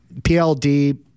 PLD